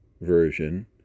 version